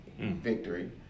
victory